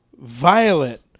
Violet